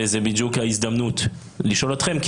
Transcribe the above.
זה בדיוק ההזדמנות לשאול אתכם,